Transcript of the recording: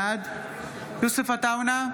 בעד יוסף עטאונה,